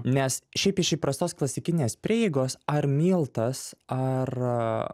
nes šiaip iš įprastos klasikinės prieigos ar miltas ar